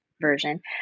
version